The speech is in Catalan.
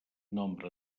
nombre